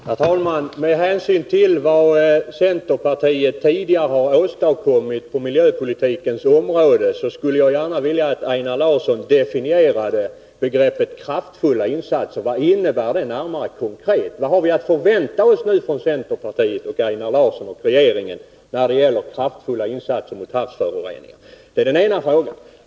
Herr talman! Med hänsyn till vad centerpartiet tidigare åstadkommit på miljöpolitikens område skulle jag gärna vilja att Einar Larsson definierade begreppet ”kraftfulla insatser”. Vad innebär det konkret? Vad har vi att förvänta oss från centerpartiet, Einar Larsson och regeringen när det gäller kraftfulla insatser mot havsföroreningar? Det är den ena frågan.